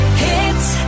hits